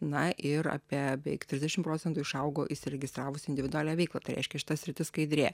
na ir apie beveik trisdešim procentų išaugo įsiregistravus individualią veiklą tai reiškia šita sritis skaidrėja